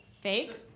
Fake